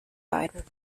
beiden